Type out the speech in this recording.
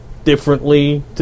Differently